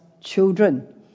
Children